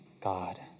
God